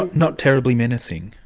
not terribly menacing.